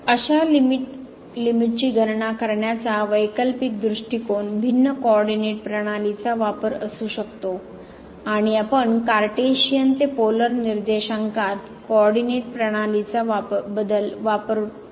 अशा लिमिट गणना करण्याचा वैकल्पिक दृष्टीकोन भिन्न कोऑरडीनेट प्रणालीचा वापर असू शकतो आणि आपण कार्टेशियन ते पोलर निर्देशांकात कॉऑरडीनेट प्रणालीचा बदल वापरू शकतो